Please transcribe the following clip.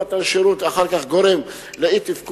אי-מתן שירות אחר כך גורם לאי-תפקוד,